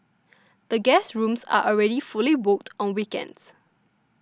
the guest rooms are already fully booked on weekends